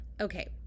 okay